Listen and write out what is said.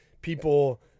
people